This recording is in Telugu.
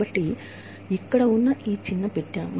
కాబట్టి ఇక్కడ ఈ చిన్న బాక్స్ ద్వారా మనము అర్థం చేసుకున్నాము